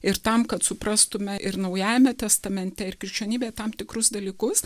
ir tam kad suprastume ir naujajame testamente ir krikščionybėj tam tikrus dalykus